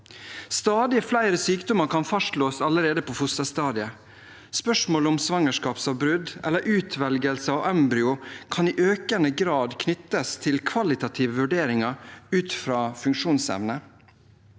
Stadig flere sykdommer kan fastslås allerede på fosterstadiet. Spørsmålet om svangerskapsavbrudd eller utvelgelse av embryo kan i økende grad knyttes til kvalitative vurderinger ut fra funksjonsevne.